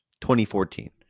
2014